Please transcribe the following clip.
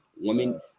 Women